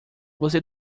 você